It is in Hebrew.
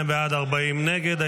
32 בעד, 40 נגד.